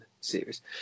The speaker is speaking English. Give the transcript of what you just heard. series